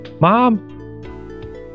Mom